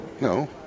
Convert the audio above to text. No